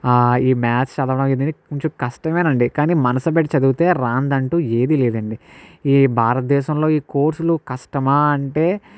ఈ మాథ్స్ చదవడం అనేది కొంచెం కష్టమేనండి కాని మనసు పెట్టి చదివితే రానిదంటూ ఏది లేదండి ఈ భారతదేశంలో ఈ కోర్స్లు కష్టమా అంటే